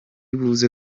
buze